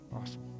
Awesome